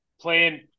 playing